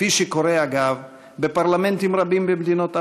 כפי שקורה, אגב, בפרלמנטים רבים במדינות העולם.